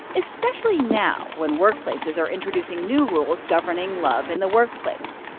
especially now, when workplaces are introducing new rules governing love in the workplace.